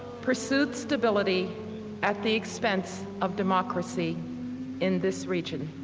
pursued stability at the expense of democracy in this region.